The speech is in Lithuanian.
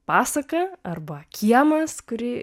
pasaka arba kiemas kurį